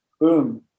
boom